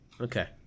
Okay